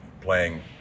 playing